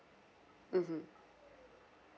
mmhmm